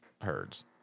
herds